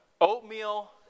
Oatmeal